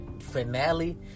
finale